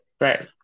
right